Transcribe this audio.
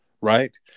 Right